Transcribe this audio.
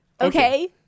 Okay